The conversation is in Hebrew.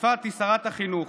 יפעת היא שרת החינוך,